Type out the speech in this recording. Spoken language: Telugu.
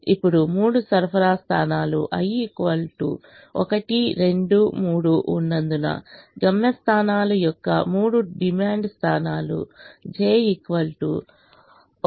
ఇప్పుడు మూడు సరఫరా స్థానాలు i 1 2 3 ఉన్నందున గమ్యం స్థానాల యొక్క మూడు డిమాండ్ స్థానాలు j1 2 3